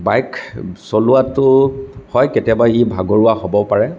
bike চলোৱাটো হয় কেতিয়াবা ই ভাগৰুৱা হ'ব পাৰে